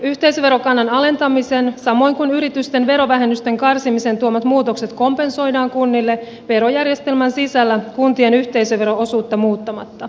yhteisöverokannan alentamisen samoin kuin yritysten verovähennysten karsimisen tuomat muutokset kompensoidaan kunnille verojärjestelmän sisällä kuntien yhteisövero osuutta muuttamalla